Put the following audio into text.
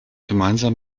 gemeinsam